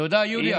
תודה, יוליה.